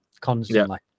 constantly